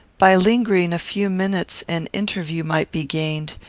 by lingering a few minutes an interview might be gained,